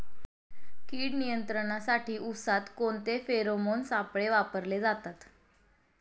कीड नियंत्रणासाठी उसात कोणते फेरोमोन सापळे वापरले जातात?